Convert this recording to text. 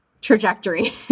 trajectory